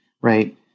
right